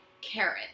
carrot